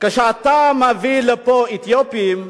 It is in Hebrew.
כשאתה מביא לפה אתיופים,